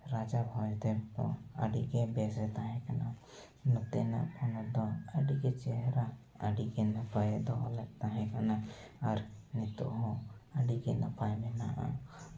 ᱨᱟᱡᱟ ᱵᱷᱚᱸᱡᱽ ᱫᱮᱵᱽ ᱦᱚᱸ ᱟᱹᱰᱤᱜᱮ ᱵᱮᱥᱮ ᱛᱟᱦᱮᱸ ᱠᱟᱱᱟ ᱱᱚᱛᱮᱱᱟᱜ ᱯᱚᱱᱚᱛ ᱫᱚ ᱟᱹᱰᱤᱜᱮ ᱪᱮᱦᱨᱟ ᱟᱹᱰᱤᱜᱮ ᱱᱟᱯᱟᱭᱮ ᱫᱚᱦᱚ ᱞᱮᱫ ᱛᱟᱦᱮᱸ ᱠᱟᱱᱟ ᱟᱨ ᱱᱤᱛᱚᱜ ᱦᱚᱸ ᱟᱹᱰᱤᱜᱮ ᱱᱟᱯᱟᱭ ᱢᱮᱱᱟᱜᱼᱟ